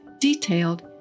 detailed